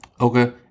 Okay